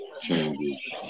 changes